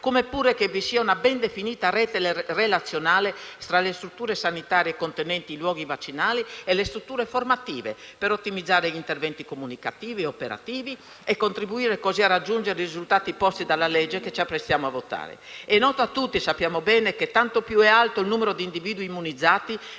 come pure che vi sia una ben definita rete relazionale tra le strutture sanitarie contenenti i luoghi vaccinali e le strutture formative, per ottimizzare gli interventi comunicativi e operativi e contribuire così a raggiungere i risultati posti dalla legge che ci apprestiamo a votare. È noto a tutti e sappiamo bene che tanto più è alto il numero di individui immunizzati,